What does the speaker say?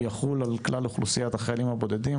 יחול על כלל אוכלוסיית החיילים הבודדים.